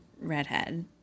redhead